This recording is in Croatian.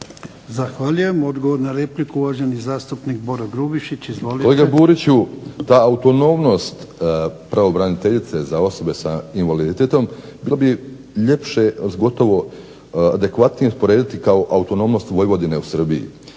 Zahvaljujem. Odgovor na repliku uvaženi zastupnik Boro Grubišić.